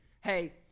Hey